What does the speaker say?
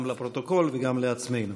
גם לפרוטוקול וגם לעצמנו.